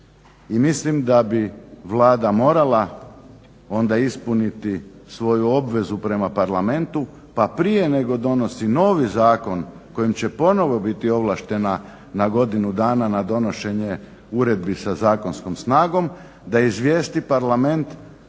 mislim da bi Vlada morala onda ispuniti svoju obvezu prema parlamentu, pa prije nego donosi novi zakon kojim će ponovno biti ovlaštena na godinu dana na donošenje uredbi sa zakonskom snagom, da izvijesti Parlament